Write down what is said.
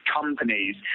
companies